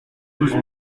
douze